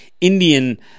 Indian